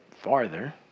farther